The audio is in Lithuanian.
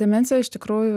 demencija iš tikrųjų